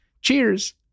Cheers